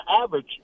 average